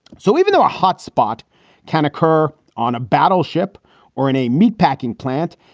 so even though a hotspot can occur on a battleship or in a meat packing plant,